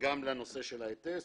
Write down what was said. גם לנושא של ההיטס,